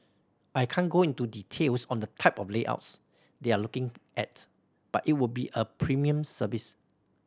I can't go into details on the type of layouts they're looking at but it would be a premium service